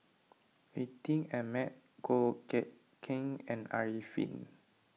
Atin Amat Goh Eck Kheng and Arifin